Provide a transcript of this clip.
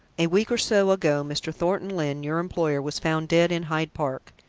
a week or so ago, mr. thornton lyne, your employer, was found dead in hyde park.